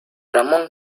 ramón